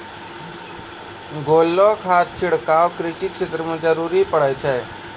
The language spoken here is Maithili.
घोललो खाद छिड़काव कृषि क्षेत्र म जरूरी पड़ै छै